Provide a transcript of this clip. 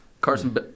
Carson